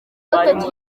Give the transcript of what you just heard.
gatatu